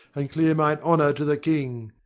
and clear mine honor to the king.